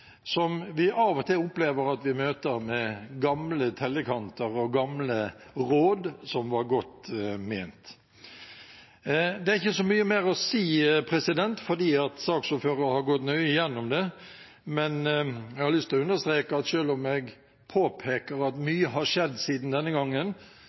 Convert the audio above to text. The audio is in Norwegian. som vi av og til opplever at vi møter med gamle tellekanter og gamle råd som var godt ment. Det er ikke så mye mer å si, for saksordføreren har gått nøye gjennom det. Men jeg har lyst til å understreke at selv om jeg påpeker at